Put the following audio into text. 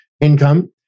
income